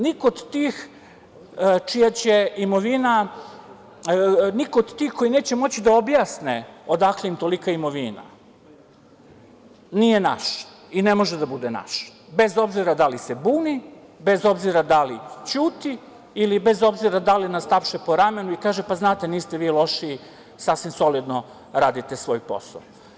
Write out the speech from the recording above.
Niko od tih koji neće moći da objasne odakle im tolika imovina nije naš i ne može da bude naš, bez obzira da li se buni, bez obzira da li ćuti, bez obzira da li nas tapše po ramenu i kaže – pa, znate niste vi loši, sasvim solidno radite svoj posao.